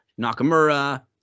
Nakamura